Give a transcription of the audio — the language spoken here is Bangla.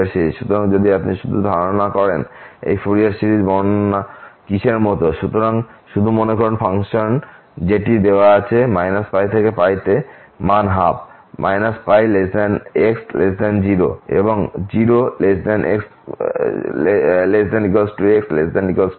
সুতরাং যদি আপনি শুধু ধারণা করেন এই ফুরিয়ার সিরিজ বর্ণন কিসের মত সুতরাং শুধু মনে করুন ফাংশন যেটি এখানে দেওয়া আছে π থেকে তে মান 12 πx0 এবং 0≤x≤ তে মান ছিল 1